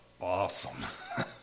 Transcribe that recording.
awesome